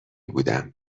بودم